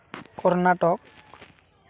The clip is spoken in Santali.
ᱠᱚᱨᱱᱟᱴᱚᱠ